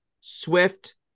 Swift